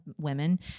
women